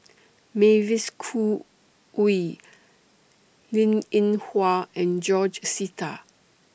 Mavis Khoo Oei Linn in Hua and George Sita